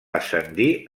ascendir